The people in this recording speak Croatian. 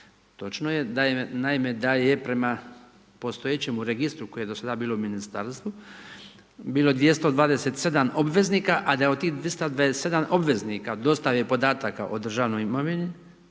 je da je, naime da je prema postojećemu registru koje je do sada bilo Ministarstvo, bilo 227 obveznika, a da je od tih 227 obveznika od dostave podataka o državnoj imovini